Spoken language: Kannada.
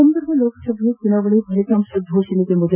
ಮುಂಬರುವ ಲೋಕಸಭಾ ಚುನಾವಣೆ ಫಲಿತಾಂತ ಘೋಷಣೆಗೆ ಮುನ್ನ